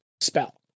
spell